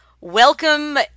Welcome